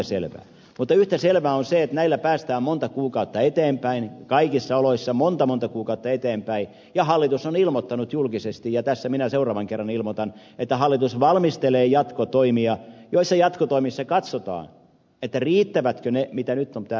mutta yhtä selvää on se että näillä päästään monta kuukautta eteenpäin kaikissa oloissa monta monta kuukautta eteenpäin ja hallitus on ilmoittanut julkisesti ja tässä minä seuraavan kerran ilmoitan että hallitus valmistelee jatkotoimia joissa katsotaan riittävätkö ne mitä nyt on täällä päätetty